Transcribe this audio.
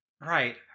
right